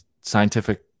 scientific